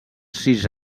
sis